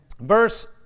Verse